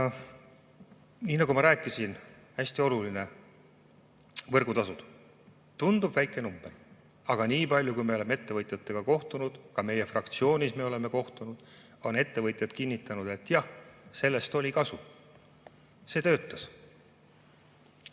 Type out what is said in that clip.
Nii nagu ma rääkisin, hästi oluline: võrgutasud. Tundub väike number, aga niipalju, kui me oleme ettevõtjatega kohtunud, ka meie fraktsioonis me oleme kohtunud, on ettevõtjad kinnitanud, et jah, sellest oli kasu, see töötas.